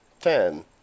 ten